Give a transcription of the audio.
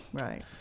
Right